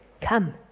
Come